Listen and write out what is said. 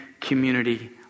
community